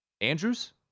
Andrews